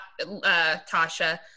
Tasha